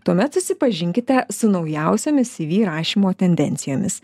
tuomet susipažinkite su naujausiomis cv rašymo tendencijomis